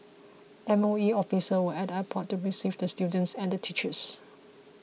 M O E officials were at the airport to receive the students and the teachers